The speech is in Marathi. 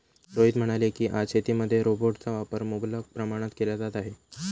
रोहित म्हणाले की, आज शेतीमध्ये रोबोटचा वापर मुबलक प्रमाणात केला जात आहे